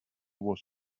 was